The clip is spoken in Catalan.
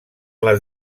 les